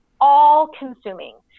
all-consuming